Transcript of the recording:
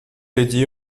dédié